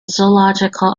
zoological